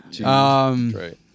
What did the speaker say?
right